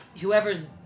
whoever's